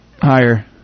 Higher